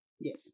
Yes